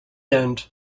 end